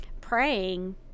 praying